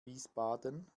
wiesbaden